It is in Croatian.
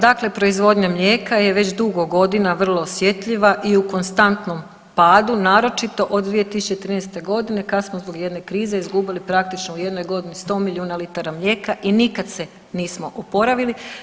Dakle, proizvodnja mlijeka je već dugo godina vrlo osjetljiva i u konstantnom padu, naročito od 2013. godine kad smo zbog jedne krize izgubili praktično u jednoj godini 100 milijuna litara mlijeka i nikad se nismo oporavili.